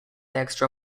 extra